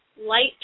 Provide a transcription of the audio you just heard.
light